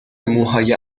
موهای